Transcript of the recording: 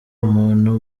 umuntu